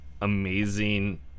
amazing